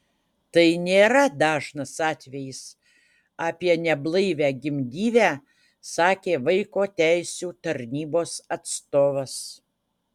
tai nėra dažnas atvejis apie neblaivią gimdyvę sakė vaiko teisių tarnybos atstovas